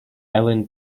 ellen